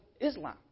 Islam